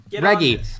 Reggie